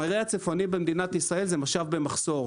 מרעה הצופני במדינת ישראל זה משאב במחסור.